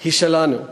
היא שלנו.